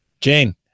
Jane